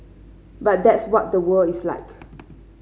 but that's what the world is like